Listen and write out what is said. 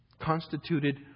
Constituted